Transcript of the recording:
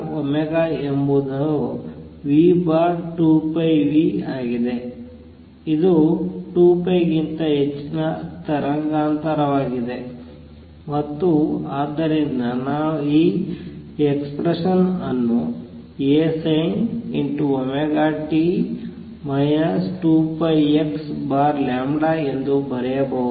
vωಎಂಬುದು v2πν ಆಗಿದೆ ಇದು 2π ಗಿಂತ ಹೆಚ್ಚಿನ ತರಂಗಾಂತರವಾಗಿದೆ ಮತ್ತು ಆದ್ದರಿಂದ ನಾನು ಈ ಎಕ್ಸ್ಪ್ರೆಶನ್ ಅನ್ನು ASinωt 2πxλ ಎಂದು ಬರೆಯಬಹುದು